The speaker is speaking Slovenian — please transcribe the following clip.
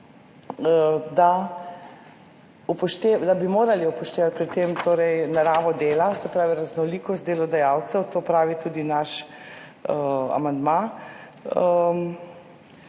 da bi pri tem upoštevali naravo dela, se pravi raznolikost delodajalcev, to pravi tudi naš amandma,